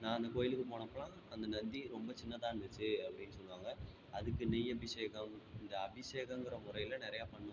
நான் அந்தக் கோயிலுக்குப் போனப்போலாம் அந்த நந்தி ரொம்ப சின்னதாக இருந்துச்சு அப்படின்னு சொல்லுவாங்க அதுக்கு நெய் அபிஷேகம் இந்த அபிஷேகங்கிற முறையில் நிறைய பண்ணுவாங்க